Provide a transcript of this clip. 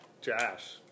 Josh